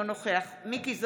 אינו נוכח מכלוף מיקי זוהר,